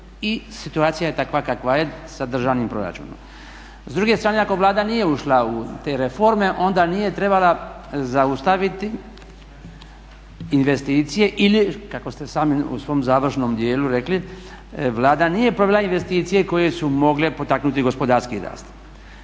i situacija je takva je sa državnim proračunom. S druge strane ako Vlada nije ušla u te reforme onda nije trebala zaustaviti investicije ili kako ste sami u svom završnom dijelu rekli, Vlada nije provela investicije koje su mogle potaknuti gospodarski rast.